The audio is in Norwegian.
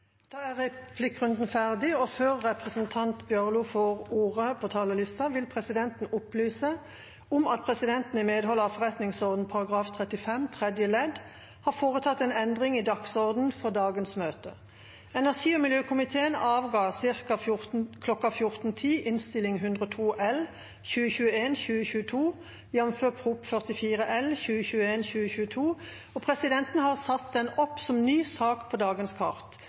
er omme. Presidenten vil opplyse om at presidenten i medhold av forretningsordenens § 35 tredje ledd har foretatt en endring i dagsordenen for dagens møte. Energi- og miljøkomiteen avga ca. kl. 14.10 Innst. 102 L for 2021–2022, jf. Prop. 44 L for 2021–2022, og presidenten har satt den opp som ny sak på dagens kart.